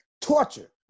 torture